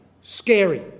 scary